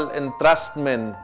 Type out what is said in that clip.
entrustment